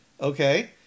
okay